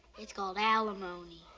it's called alimony.